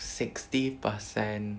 sixty percent